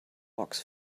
box